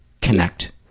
connect